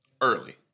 early